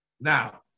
Now